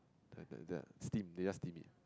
the the the steam they just steam it